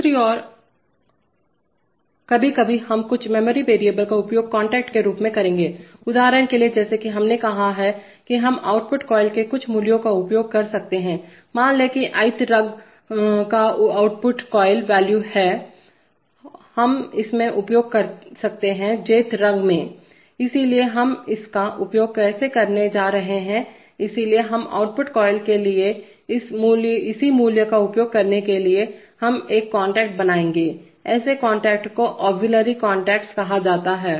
दूसरी ओर कभी कभी हम कुछ मेमोरी वेरिएबल का उपयोग कांटेक्ट के रूप में करेंगे उदाहरण के लिए जैसा कि हमने कहा है कि हम आउटपुट कॉइल के कुछ मूल्य का उपयोग कर सकते हैं मान लें कि ith रुंग का आउटपुट कॉइल वॉल्यू है हम इसमें उपयोग कर सकते हैं Jth रुंग इसलिए हम इसका उपयोग कैसे करने जा रहे हैं इसलिए हम आउटपुट कॉइल के लिए इसी मूल्य का उपयोग करने के लिए हम एक कॉन्टेक्ट बनाएंगे ऐसे कॉन्टैक्ट्स को ऑग्ज़ीलिरी कॉन्टैक्ट्स कहा जाता है